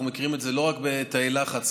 אנחנו מכירים את זה לא רק בתאי לחץ,